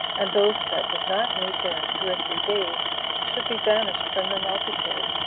and those that did not meet there in two or three days should be banished from the multitude,